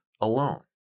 alone